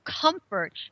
comfort